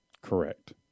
Correct